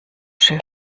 schön